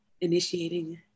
initiating